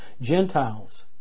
Gentiles